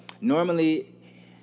normally